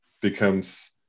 becomes